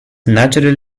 natural